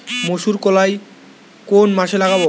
মুসুর কলাই কোন মাসে লাগাব?